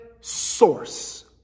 source